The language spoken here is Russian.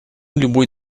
любой